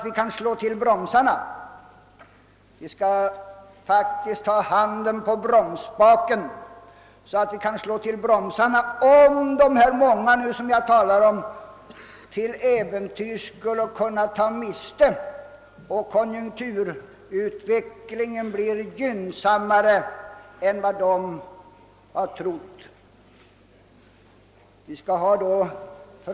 Vi bör ha handen på bromsspaken, så att vi kan slå till bromsarna, om de många jag nyss talade om till äventyrs skulle ha tagit fel och konjunkturutvecklingen blir gynnsammare än vad de tidigare trodde.